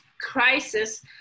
crisis